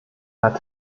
hat